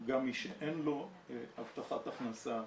גם מי שאין לו הבטחת הכנסה,